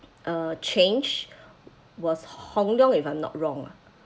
uh changed was hong leong if I'm not wrong ah